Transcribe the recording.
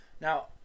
Now